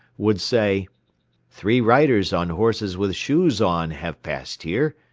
would say three riders on horses with shoes on have passed here.